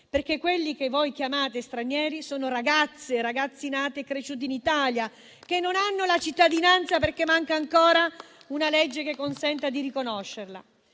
perché quelli che voi chiamate stranieri sono ragazze e ragazzi nati e cresciuti in Italia, che non hanno la cittadinanza perché manca ancora una legge che consenta di riconoscerla.